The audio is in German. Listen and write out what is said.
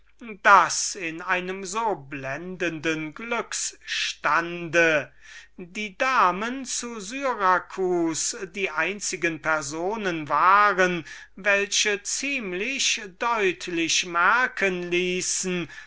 schien in einem so blendenden glücksstande lauter bewundrer und freunde und keinen feind zu haben die damen zu syracus die einzigen waren welche ihre wenige zufriedenheit mit seinem betragen ziemlich deutlich merken ließen